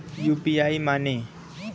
UPI माने?